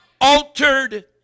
altered